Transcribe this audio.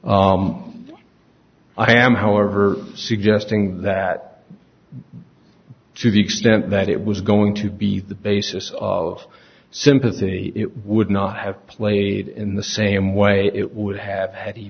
i am however suggesting that to the extent that it was going to be the basis of sympathy it would not have played in the same way it would have had he